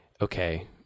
okay